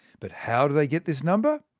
but how do they get this number?